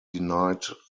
denied